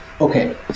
okay